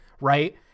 right